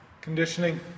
conditioning